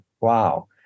wow